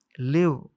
live